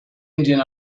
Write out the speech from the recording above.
indian